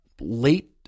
late